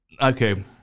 okay